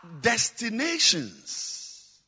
destinations